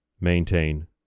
maintain